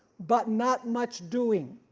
but not much doing.